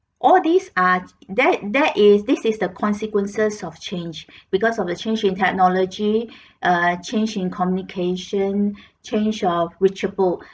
all these are there there is this is the consequences of change because of the change in technology ah change in communication change of reachable